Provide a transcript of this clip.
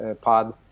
pod